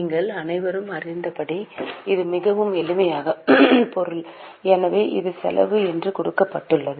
நீங்கள் அனைவரும் அறிந்தபடி இது மிகவும் எளிமையான பொருள் ஏற்கனவே அது செலவு என்று கொடுக்கப்பட்டுள்ளது